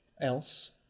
else